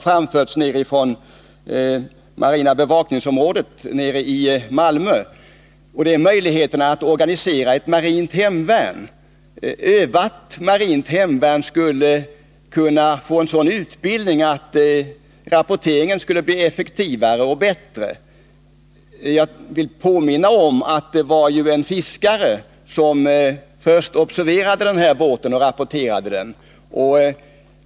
Förslaget kommer från marina bevakningsområdet i Malmö och handlar om möjligheten att organisera ett marint hemvärn. Ett övat marint hemvärn skulle kunna få en sådan utbildning att rapporteringen skulle bli effektivare och bättre. Jag vill påminna om att det ju var en fiskare som först observerade båten och rapporterade iakttagelsen.